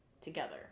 together